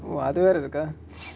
oh அது வேர இருக்கா:athu vera iruka